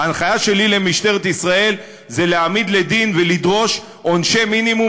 ההנחיה שלי למשטרת ישראל היא להעמיד לדין ולדרוש עונשי מינימום,